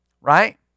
Right